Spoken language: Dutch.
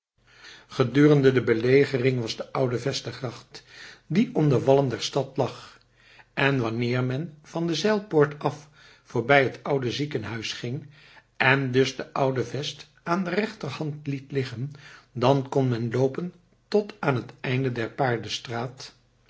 gedurende de belegering was de oude vest de gracht die om de wallen der stad lag en wanneer men van de zijlpoort af voorbij het oude ziekenhuis ging en dus de oude vest aan de rechterhand liet liggen dan kon men loopen tot aan het einde der paardestraat